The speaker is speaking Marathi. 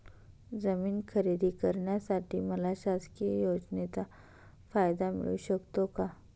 जमीन खरेदी करण्यासाठी मला शासकीय योजनेचा फायदा मिळू शकतो का?